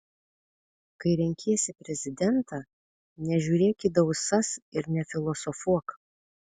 kai renkiesi prezidentą nežiūrėk į dausas ir nefilosofuok